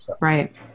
Right